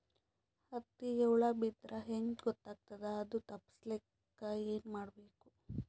ಹತ್ತಿಗ ಹುಳ ಬಿದ್ದ್ರಾ ಹೆಂಗ್ ಗೊತ್ತಾಗ್ತದ ಅದು ತಪ್ಪಸಕ್ಕ್ ಏನ್ ಮಾಡಬೇಕು?